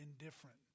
indifferent